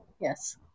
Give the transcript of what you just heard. Yes